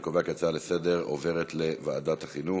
אני קובע כי ההצעה לסדר-היום עוברת לוועדת החינוך.